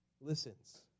listens